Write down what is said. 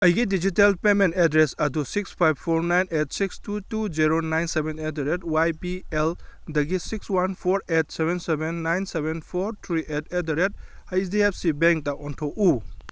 ꯑꯩꯒꯤ digital payment address ꯑꯗꯨ six five four nine eight six two two zero nine seven at the rate Y P ꯑꯦꯜꯗꯒꯤ six one four eight seven seven nine seven four three eight at the rate H D F C ꯕꯦꯡꯇ ꯑꯣꯟꯊꯣꯛꯎ